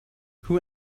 who